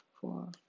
four